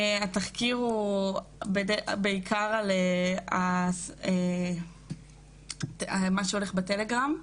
התחקיר הוא בעיקר על מה שהולך בטלגרם.